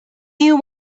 you